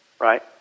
right